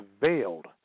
veiled